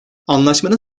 anlaşmanın